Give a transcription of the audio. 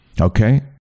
okay